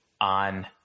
on